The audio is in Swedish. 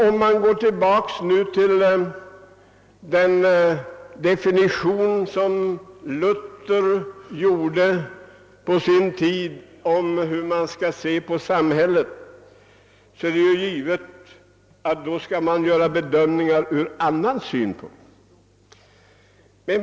Om man går tillbaka till den definition av samhället som Luther på sin tid gav skall man naturligtvis göra bedömningarna ur en annan synpunkt.